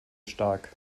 stark